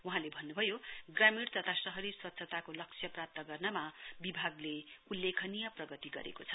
वहाँले भन्नभयो ग्रामीण तथा शहरी स्वच्छताको लक्ष्य प्राप्त गर्नमा विभागले उल्लेखनीय प्रगति गरेको छ